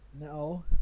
No